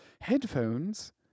Headphones